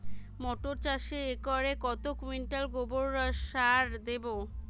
মটর চাষে একরে কত কুইন্টাল গোবরসার দেবো?